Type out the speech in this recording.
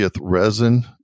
resin